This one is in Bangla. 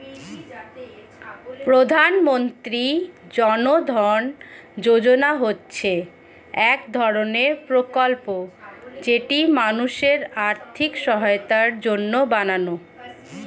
প্রধানমন্ত্রী জন ধন যোজনা হচ্ছে এক ধরণের প্রকল্প যেটি মানুষের আর্থিক সহায়তার জন্য বানানো